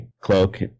cloak